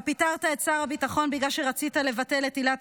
אתה פיטרת את שר הביטחון בגלל שרצית לבטל את עילת